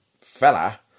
fella